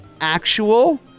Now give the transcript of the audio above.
actual